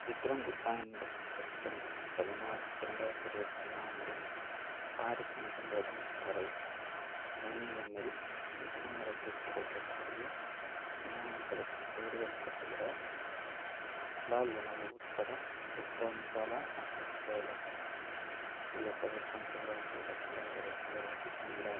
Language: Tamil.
விக்ரம் குப்தா என்பது செப்டம்பர் பதினாறு இரண்டாயிரத்தி இருபத்தி நான்கில் பாரிஸ் முதல் ஏதென்ஸ் வரை வணிகம் இல் விடுமுறைக்கு கிடைக்கக்கூடிய விமானங்களுக்கு தேடுதல் நடத்துகிறார் ஹலால் உணவு உட்பட டிக்கா மசாலா மற்றும் பேலா உள்ளிட்ட விருப்பங்களை வழங்குகிறது என்பதை அவர் உறுதி செய்கிறார்